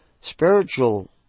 Spiritual